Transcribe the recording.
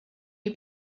you